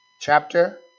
chapter